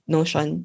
Notion